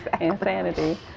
Insanity